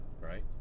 Right